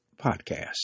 Podcast